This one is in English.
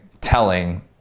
telling